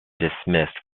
dismissed